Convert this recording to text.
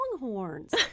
Longhorns